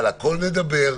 על הכול נדבר,